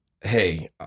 hey